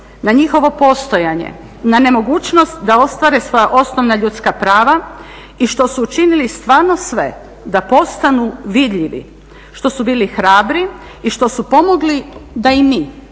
na njihovo postojanje, na nemogućnost da ostvare svoja osnovna ljudska prava i što su učinili stvarno sve da postanu vidljivi što su bili hrabri i što su pomogli da i mi